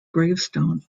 gravestone